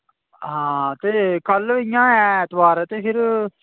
ते हां ओह् कल इ'यां ऐतबार ते फिर